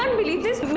believe this?